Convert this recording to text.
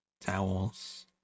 towels